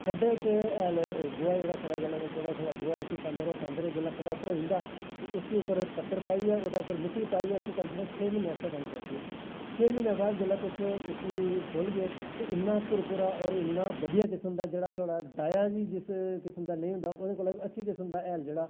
खड्ढे च जेह्ड़ा हैल सड़े गले दा ऐ उसी पांदे रवो पांदे रवो जिसलै खड्ढा भरोई जंदा ते उसदे उप्पर पत्तर पाईयै उप्पर मिट्टी पाईयै कम से कम उसी छे महीने आस्तै डंप करी देओ छे महीनैं बाद जिसलै तुस उसी खोह्ली देओ इन्ना भुरभुरा और इन्न डाया बी उस किस्म दी नी होंदी उस कोला दा बी अच्चे किस्म दा हैल जेह्ड़ा